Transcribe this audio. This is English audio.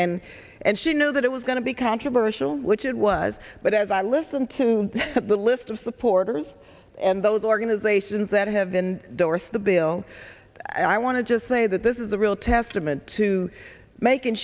and and she know that it was going to be controversial which it was but as i listen to the list of supporters and those organizations that have been doris the bill i want to just say that this is a real testament to making